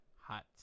Hot